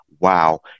wow